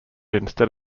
instead